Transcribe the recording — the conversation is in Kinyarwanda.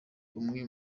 umwe